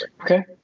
okay